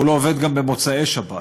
והוא לא עובד גם במוצאי שבת.